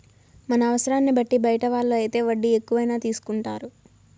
మన అవసరాన్ని బట్టి బయట వాళ్ళు అయితే వడ్డీ ఎక్కువైనా తీసుకుంటారు